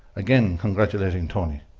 again, congratulating tony,